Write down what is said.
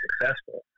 successful